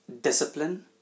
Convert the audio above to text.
discipline